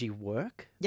work